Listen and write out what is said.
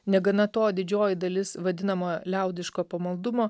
negana to didžioji dalis vadinamo liaudiško pamaldumo